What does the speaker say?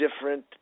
different